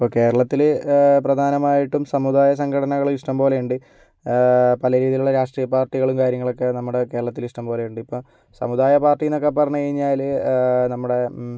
ഇപ്പോൾ കേരളത്തില് പ്രധാനമായിട്ടും സമുദായ സംഘടനകള് ഇഷ്ടംപോലെയുണ്ട് പലരീതിയിലുള്ള രാഷ്ട്രീയപാർട്ടികളും കാര്യങ്ങളൊക്കെ നമ്മുടെ കേരളത്തില് ഇഷ്ടംപോലെയുണ്ട് ഇപ്പം സമുദായപാർട്ടി എന്നൊക്കെ പറഞ്ഞ് കഴിഞ്ഞാല് നമ്മുടെ